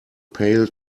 pail